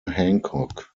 hancock